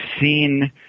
seen